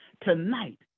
tonight